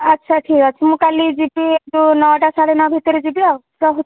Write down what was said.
ଆଚ୍ଛା ଠିକ୍ଅଛି ମୁଁ କାଲି ଯିବି ନଅ ଟା ସାଢ଼େ ନଅ ଭିତରେ ଯିବି ଆଉ ରହୁଛି ଆ